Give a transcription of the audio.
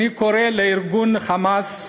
אני קורא לארגון "חמאס",